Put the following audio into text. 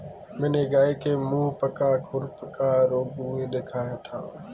मैंने एक गाय के मुहपका खुरपका रोग हुए देखा था